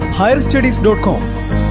higherstudies.com